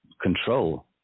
control